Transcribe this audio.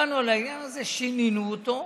דנו על העניין הזה, שינינו אותו,